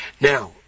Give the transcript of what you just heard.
Now